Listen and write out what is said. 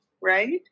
right